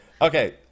Okay